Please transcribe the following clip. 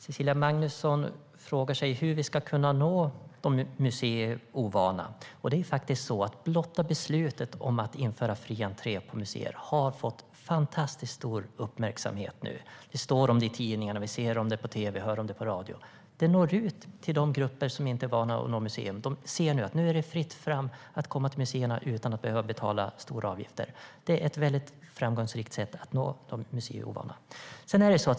Cecilia Magnusson frågar sig hur vi ska nå de museiovana. Det är faktiskt så att blotta beslutet om att införa fri entré på museer har fått fantastiskt stor uppmärksamhet. Det står om det i tidningarna, och det syns på tv och hörs på radio. De grupper som inte är vana vid att gå på museum ser nu att det är fritt fram att gå på museer utan att behöva betala stora avgifter. Det är ett framgångsrikt sätt att nå de museiovana.